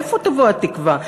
מאיפה תבוא התקווה?